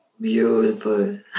Beautiful